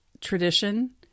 tradition